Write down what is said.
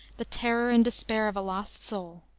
the terror and despair of a lost soul.